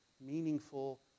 meaningful